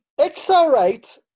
XR8